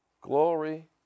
Glory